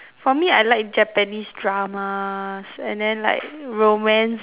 for me I like japanese dramas and then like romance